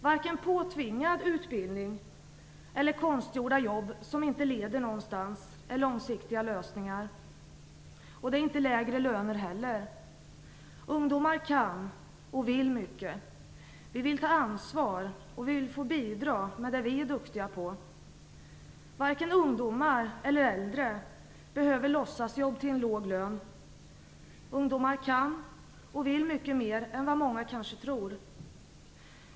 Varken påtvingad utbildning eller konstgjorda jobb, som inte leder någonstans, är långsiktiga lösningar, och det är inte lägre löner heller. Ungdomar kan och vill mycket. Vi vill ta ansvar och vill få bidra med det vi är duktiga på. Varken ungdomar eller äldre behöver låtsasjobb till en låg lön. Ungdomar kan och vill mycket mer än vad många kanske tror.